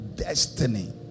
destiny